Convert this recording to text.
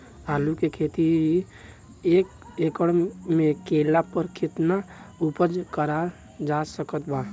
आलू के खेती एक एकड़ मे कैला पर केतना उपज कराल जा सकत बा?